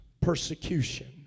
persecution